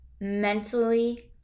mentally